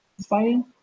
fighting